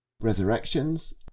resurrections